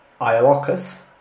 Iolocus